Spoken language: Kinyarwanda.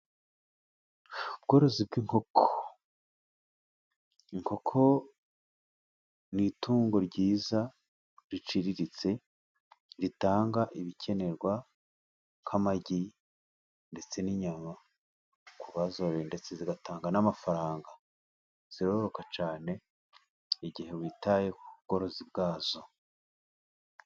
Ubworozi bw'inkoko n'itungo ryiza riciriritse ritanga ibikenerwa nk'amagi, ndetse n'inyama ku bazoye. Ndetse zigatanga n'amafaranga ziroroka cyane igihe witaye ku bworozi bwazo.